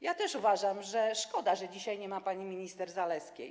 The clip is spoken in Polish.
Ja też uważam, że szkoda, że dzisiaj nie ma pani minister Zalewskiej.